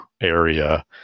area